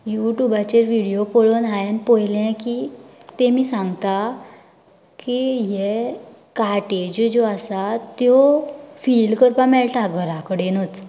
युट्यूबाचेर व्हिडियो पळोवन हांयेन पळयलें की तेमी सांगता की ये कार्टेजी ज्यो आसता त्यो फिल करपाक मेळटा घरा कडेनूच